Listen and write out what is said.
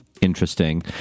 Interesting